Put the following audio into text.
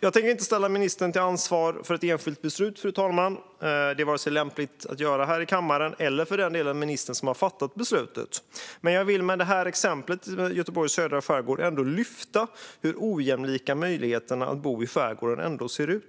Jag tänker inte ställa ministern till ansvar för ett enskilt beslut, fru talman. Det är inte lämpligt att göra här i kammaren, och det är inte, för den delen, ministern som har fattat beslutet. Men jag vill med exemplet Göteborgs södra skärgård ändå lyfta fram hur olika ojämlika möjligheterna att bo i skärgården är.